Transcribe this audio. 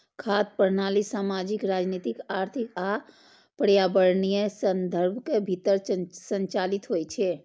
खाद्य प्रणाली सामाजिक, राजनीतिक, आर्थिक आ पर्यावरणीय संदर्भक भीतर संचालित होइ छै